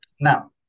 Now